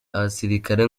abasirikare